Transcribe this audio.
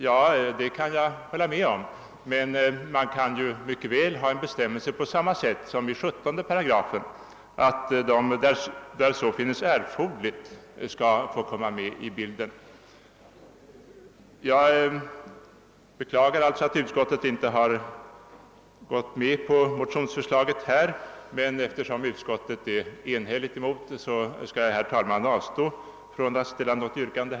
Ja, det kan jag hålla med om, men det kan mycket väl införas en bestämmelse liknande den i 17 8, att kyrkorådet, där så befinnes erforderligt, skall få yttra sig. Jag beklagar alltså att utskottet inte har gått med på motionsförslaget, men eftersom utskottet enhälligt har avstyrkt det skall jag, herr talman, avstå från att ställa något yrkande.